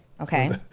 Okay